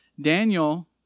Daniel